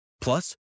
Plus